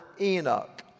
Enoch